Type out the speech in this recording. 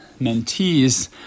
mentees